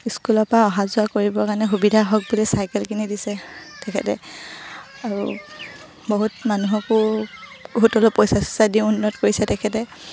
স্কুলৰপৰা অহা যোৱা কৰিবৰ কাৰণে সুবিধা হওক বুলি চাইকেল কিনি দিছে তেখেতে আৰু বহুত মানুহকো সুতলৈ পইচা চইচা দি উন্নত কৰিছে তেখেতে